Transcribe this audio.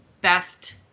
best